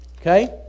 Okay